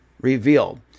revealed